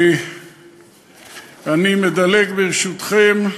אני מדלג, ברשותכם.